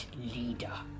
leader